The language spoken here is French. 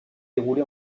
déroulé